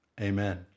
Amen